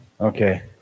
Okay